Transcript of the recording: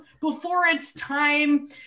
before-its-time